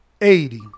eighty